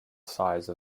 size